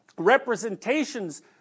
representations